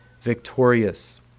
victorious